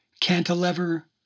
cantilever